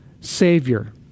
Savior